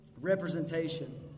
representation